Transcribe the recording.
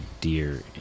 Deer